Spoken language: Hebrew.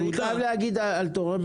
אני חייב להגיד על תורם אחד,